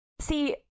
see